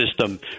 system